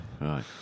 right